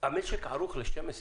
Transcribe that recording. המשק ערוך ל-12 שעות.